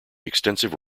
extensive